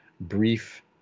brief